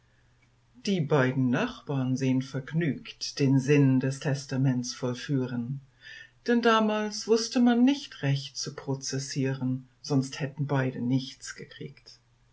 die beiden nachbarn sehn vergnügt den sinn des testaments vollführen denn damals wußte man nicht recht zu prozessieren sonst hätten beide nichts gekriegt